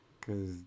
cause